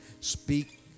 speak